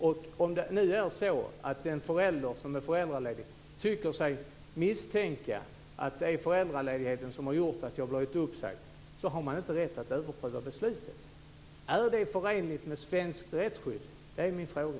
Om det nu är så att den förälder som är föräldraledig tycker sig misstänka att det är föräldraledigheten som gjort att man har blivit uppsagd så har man inte rätt att överpröva beslutet. Är det förenligt med svenskt rättsskydd? Det är min fråga.